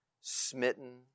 Smitten